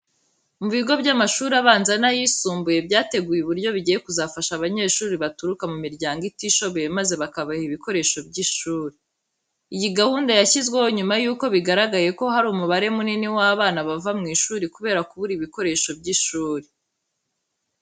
Ibigo by'amashuri abanza n'ayisumbuye byateguye uburyo bigiye kuzafasha abanyeshuri baturuka mu miryango itishoboye maze bakabaha ibikoresho by'ishuri. Iyi gahunda yashyizweho nyuma yuko bigaragaye ko hari umubare munini w'abana bava mu ishuri kubera kubura ibikoresho by'ishuri.